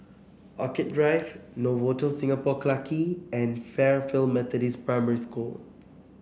Orchid Drive Novotel Singapore Clarke Quay and Fairfield Methodist Primary School